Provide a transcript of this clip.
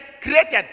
created